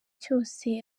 cyose